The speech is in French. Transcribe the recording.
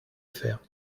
faire